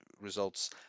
results